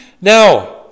Now